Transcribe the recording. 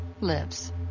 lives